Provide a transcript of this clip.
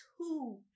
two